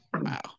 Wow